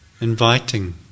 inviting